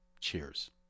Cheers